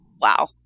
Wow